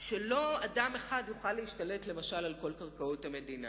שלא אדם אחד יוכל להשתלט על כל קרקעות המדינה,